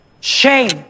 Shame